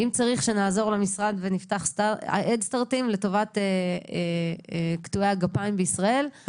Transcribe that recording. אם צריך שנעזור למשרד ונפתח הדסטרטים לטובת קטועי הגפיים בישראל,